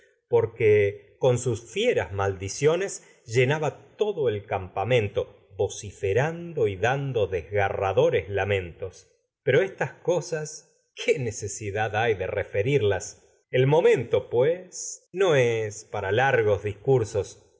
porque con sus el mente libaciones ni los fieras rando maldiciones llenaba todo campamento vocife co y dando desgarradores lamentos pero estas sas no qué necesidad hay de referirlas el momento para pues es largos yo discursos